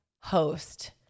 host